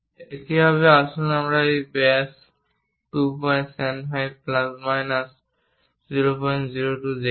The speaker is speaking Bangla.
একইভাবে আসুন এই ব্যাস phi 275 প্লাস বা বিয়োগ 002 দেখি